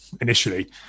initially